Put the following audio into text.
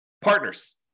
Partners